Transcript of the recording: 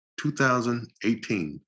2018